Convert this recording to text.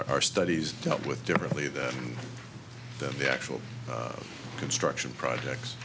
are studies dealt with differently than the actual construction projects